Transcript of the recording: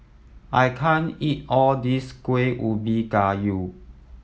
I can't eat all this Kuih Ubi Kayu